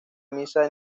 misa